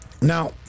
Now